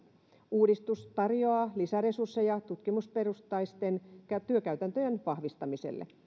uudistus tarjoaa lisäresursseja tutkimusperustaisten työkäytäntöjen vahvistamiselle